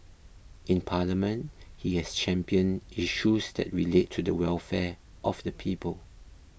in Parliament he has championed issues that relate to the welfare of the people